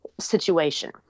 situation